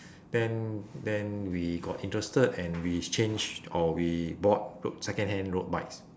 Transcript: then then we got interested and we exchanged or we bought ro~ secondhand road bikes